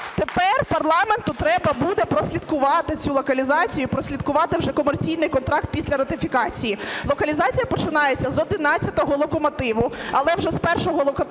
Тепер парламенту треба буде прослідкувати цю локалізацію і прослідкувати вже комерційний контракт після ратифікації. Локалізація починається з одинадцятого локомотиву. Але вже з першого локомотиву